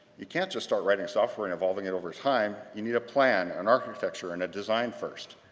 you can't just start writing software and evolving it over time. you need a plan, an architecture, and a design first.